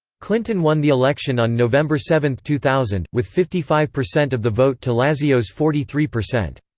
clinton won the election on november seven, two thousand, with fifty five percent of the vote to lazio's forty three percent.